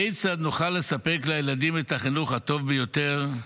כיצד נוכל לספק לילדים את החינוך הטוב ביותר,